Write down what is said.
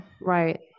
right